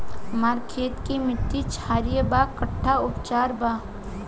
हमर खेत के मिट्टी क्षारीय बा कट्ठा उपचार बा?